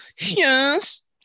Yes